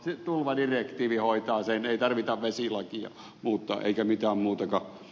se tulvadirektiivi hoitaa sen ei tarvitse vesilakia muuttaa eikä mitään muutakaan